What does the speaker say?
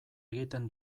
egiten